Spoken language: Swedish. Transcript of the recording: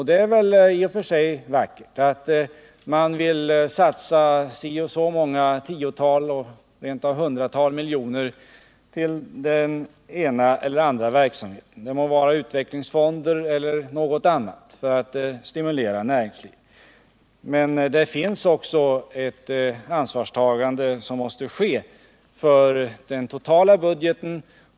Det är väl i och för sig vackert att man vill satsa si och så många tiotal och rent av hundratal miljoner på den ena eller den andra verksamheten — det må vara utvecklingsfonder eller något annat — för att stimulera näringslivet. Men det måste också finnas ett ansvarstagande för den totala budgeten.